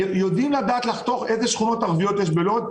הרי יודעים לחתוך איזה שכונות ערביות יש בלוד,